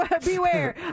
beware